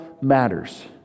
matters